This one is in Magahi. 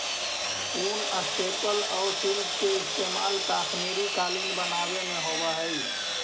ऊन, स्टेपल आउ सिल्क के इस्तेमाल कश्मीरी कालीन बनावे में होवऽ हइ